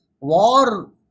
war